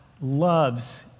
loves